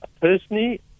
personally